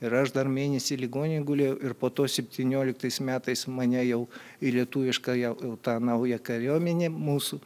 ir aš dar mėnesį ligoninėj gulėjau ir po to septynioliktais metais mane jau į lietuviškąją tą naują kariuomenę mūsų